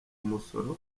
umusoro